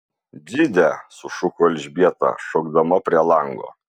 dzide sušuko elžbieta šokdama prie lango